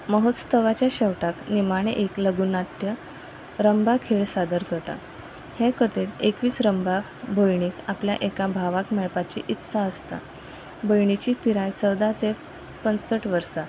महोत्सवाच्या शेवटाक निमाणे एक लघुनाट्य रंबा खेळ सादर करता हे खेंत एकवीस रंबा भयणीक आपल्या एका भावाक मेळपाची इत्सा आसता भयणीची पिराय चवदा ते पंसठ वर्सा